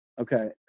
Okay